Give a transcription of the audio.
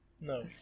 No